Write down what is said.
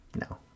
No